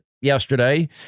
yesterday